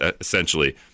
essentially